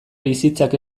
bizitzak